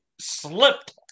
slipped